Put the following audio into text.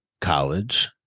college